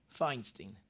Feinstein